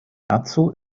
dazu